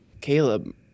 Caleb